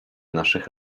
naszych